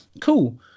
cool